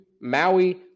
maui